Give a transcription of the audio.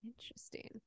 Interesting